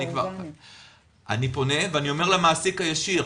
אני פונה למעסיק הישיר,